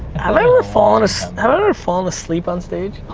have i ever fallen, so have i ever fallen asleep on stage?